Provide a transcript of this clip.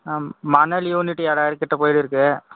மணல் யூனிட் ஏழாயிரம் கிட்ட போயிகிட்டு இருக்கு